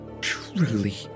truly